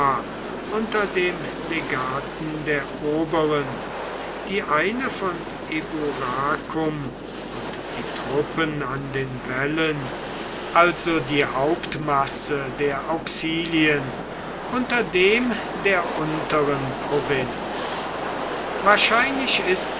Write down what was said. unter dem legaten der oberen die eine von eburacum und die truppen an den wällen also die hauptmasse der auxilien unter dem der unteren provinz wahrscheinlich ist